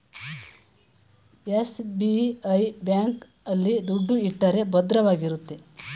SBI bank ಆಲ್ಲಿ ದುಡ್ಡು ಇಟ್ಟರೆ ಭದ್ರವಾಗಿರುತ್ತೆ